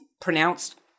pronounced